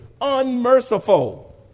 unmerciful